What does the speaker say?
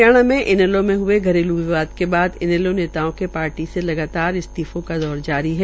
हरियाणा में इनैलो में ह्ये घरेलू विवाद को लेकर इनैलो नेताओं के पार्टी लगातार इस्तीफों का दौर जारी है